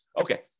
Okay